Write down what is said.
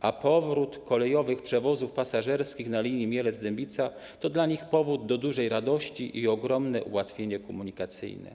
a powrót kolejowych przewozów pasażerskich na linii Mielec - Dębica to dla nich powód do dużej radości i ogromne ułatwienie komunikacyjne.